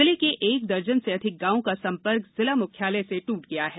जिले के एक दर्जन से अधिक गांवों का संपर्क जिला मुख्यालय से ट्रट गया है